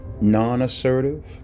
non-assertive